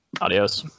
Adios